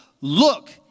Look